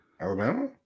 Alabama